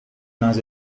nas